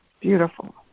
Beautiful